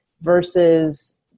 versus